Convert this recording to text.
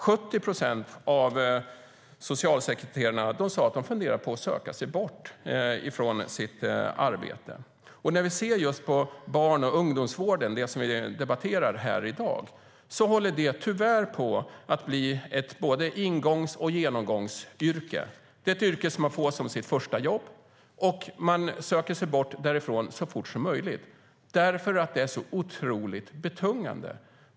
70 procent av socialsekreterarna sade att de funderar på att söka sig bort från sitt arbete. Just barn och ungdomsvården - det som vi debatterar här i dag - håller tyvärr på att bli både ett ingångsyrke och ett genomgångsyrke. Det är ett yrke som man får som sitt första jobb, och man söker sig bort därifrån så fort som möjligt därför att det är så otroligt betungande.